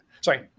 sorry